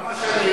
כמה שנים?